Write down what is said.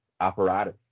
apparatus